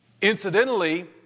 Incidentally